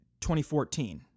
2014